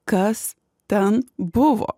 kas ten buvo